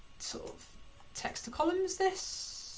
sort of text the column is this.